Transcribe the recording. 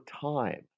time